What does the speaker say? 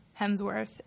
Hemsworth